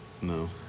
no